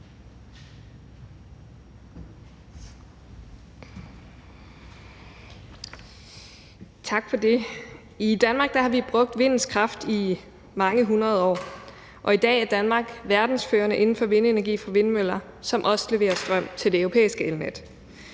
I Danmark har vi brugt vindens kraft i mange hundrede år, og i dag er Danmark verdensførende inden for vindenergi fra vindmøller, som også leverer strøm til det europæiske elnet.